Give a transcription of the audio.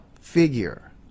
figure